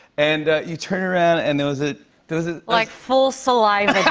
and you turned around, and there was ah there was a like, full saliva